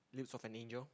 Lips-of-an-Angel